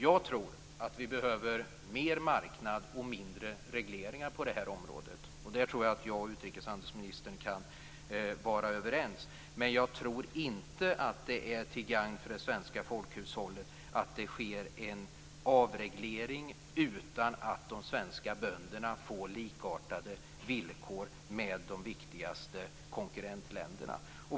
Jag tror att vi behöver mer marknad och mindre regleringar på det här området. Där tror jag att jag och utrikeshandelsministern kan vara överens. Men jag tror inte att det är till gagn för det svenska folkhushållet att det sker en avreglering utan att de svenska bönderna får likartade villkor med de viktigaste konkurrentländerna.